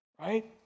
right